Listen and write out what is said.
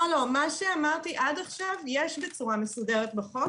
מה שאמרתי עד עכשיו יש בצורה מסודרת בחוק.